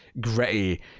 gritty